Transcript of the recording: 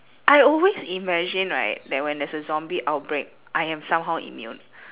I always imagine right that when there's a zombie outbreak I am somehow immune